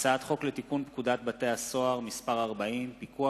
הצעת חוק לתיקון פקודת בתי-הסוהר (מס' 40) (פיקוח